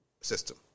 system